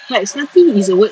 like slutty is a word